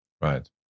right